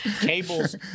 Cable's